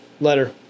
letter